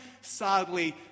sadly